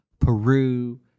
Peru